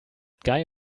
guy